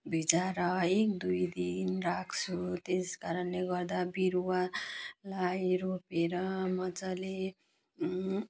भिजाएर है दुई दिन राख्छु त्यस कारणले गर्दा बिरुवा लाई रोपेर मजाले